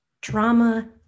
drama